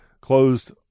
closed